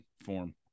form